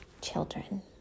Children